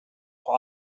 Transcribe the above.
vor